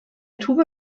tube